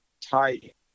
tight